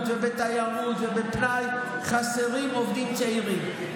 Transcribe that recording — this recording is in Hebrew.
ובתיירות ובפנאי: חסרים עובדים צעירים.